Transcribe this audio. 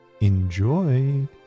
Enjoy